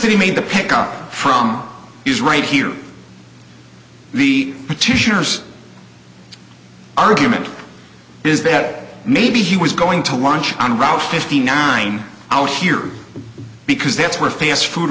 that he made the pick up from is right here the petitioner's argument is that maybe he was going to launch on route fifty nine out here because that's where fast food